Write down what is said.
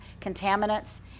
contaminants